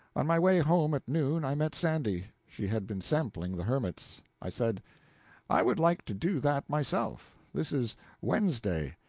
on my way home at noon, i met sandy. she had been sampling the hermits. i said i would like to do that myself. this is wednesday.